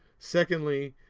secondly,